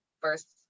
first